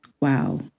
wow